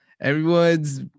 Everyone's